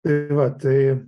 tai vat tai